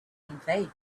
invade